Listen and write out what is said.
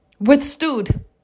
Withstood